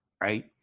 Right